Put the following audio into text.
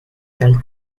dal